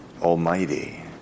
Almighty